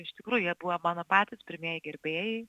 iš tikrųjų jie buvo mano patys pirmieji gerbėjai